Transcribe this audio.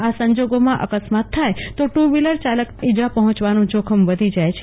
આ સંજોગોમાં અકસ્માત થાય તો ટુ વ્હીલરચાલકને માથામાં ઈજા પહોંચવાનું જોખમ વધી જાય છે